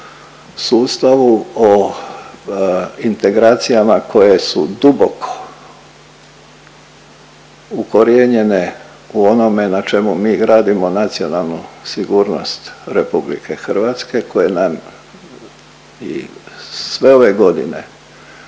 sustavu, o integracijama koje su duboko ukorijenjene u onome na čemu mi gradimo nacionalnu sigurnost RH koje nam i sve ove godine